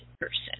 person